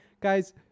Guys